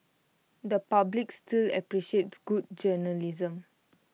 the public still appreciates good journalism